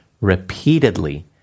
repeatedly